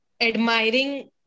admiring